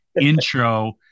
intro